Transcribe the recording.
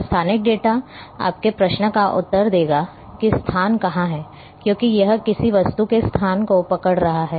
और स्थानिक डेटा आपके प्रश्न का उत्तर देगा कि स्थान कहां है क्योंकि यह किसी वस्तु के स्थान को पकड़ रहा है